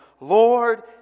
Lord